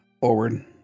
forward